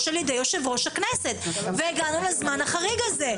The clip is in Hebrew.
על ידי יושב-ראש הכנסת והגענו לזמן החריג הזה.